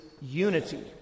unity